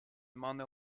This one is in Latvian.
mani